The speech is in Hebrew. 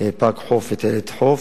פארק חוף וטיילת חוף.